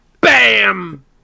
Bam